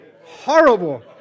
Horrible